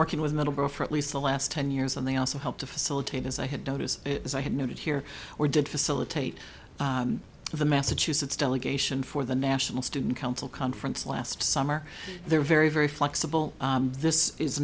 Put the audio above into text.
working with middleborough for at least the last ten years and they also helped to facilitate as i had noticed as i had noted here or did facilitate the massachusetts delegation for the national student council conference last summer they're very very flexible this is